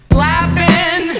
Clapping